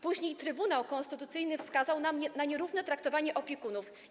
Później Trybunał Konstytucyjny wskazał na nierówne traktowanie opiekunów.